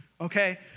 okay